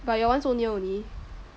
but your [one] so near only